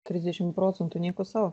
trisdešimt procentų nieko sau